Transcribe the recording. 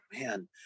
man